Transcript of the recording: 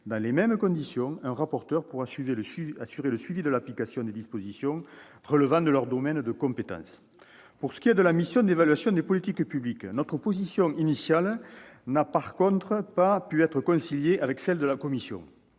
dans les mêmes conditions, un rapporteur pour assurer le suivi de l'application des dispositions relevant de leur domaine de compétence. Pour ce qui est de la mission d'évaluation des politiques publiques, notre position initiale n'a en revanche pas pu être conciliée avec celle de la commission.